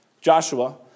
Joshua